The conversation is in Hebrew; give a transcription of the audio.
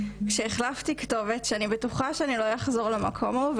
כשהחלפתי כתובת ואני בטוחה שאני לא אחזור למקום ההוא,